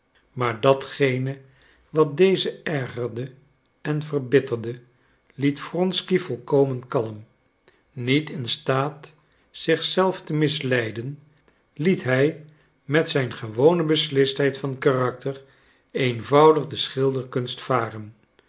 maar datgene wat deze ergerde en verbitterde liet wronsky volkomen kalm niet in staat zich zelf te misleiden liet hij met zijn gewone beslistheid van karakter eenvoudig de schilderkunst varen